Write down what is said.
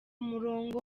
murongo